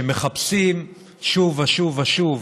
שמחפשים שוב ושוב ושוב